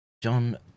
John